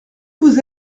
vous